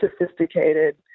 sophisticated